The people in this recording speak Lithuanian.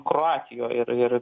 kroatijoj ir ir